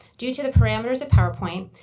due to the parameters of powerpoint,